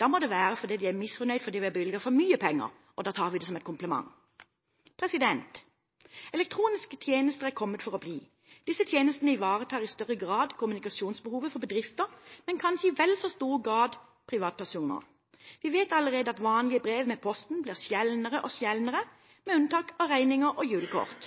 da må de være misfornøyd fordi vi har bevilget for mye penger, og da tar vi det som en kompliment. Elektroniske tjenester er kommet for å bli. Disse tjenestene ivaretar i større grad kommunikasjonsbehovet for bedrifter, men kanskje i vel så stor grad for privatpersoner. Vi vet allerede at vanlige brev med posten blir sjeldnere og sjeldnere – med unntak av regninger og